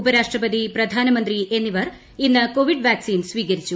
ഉപരാഷ്ട്രപതി പ്രധാനമന്ത്രി എന്നിവർ ഇന്ന് കോവിഡ് വാക്സിൻ സ്വീകരിച്ചു